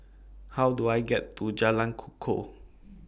How Do I get to Jalan Kukoh